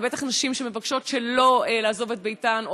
בטח של נשים שמבקשות שלא לעזוב את ביתן,